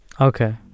Okay